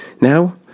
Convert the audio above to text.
now